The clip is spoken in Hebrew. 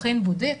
אכן בודק,